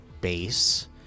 base